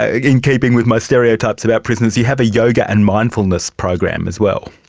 ah in keeping with most stereotypes about prisons, you have a yoga and mindfulness program as well.